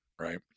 right